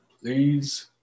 please